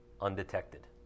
undetected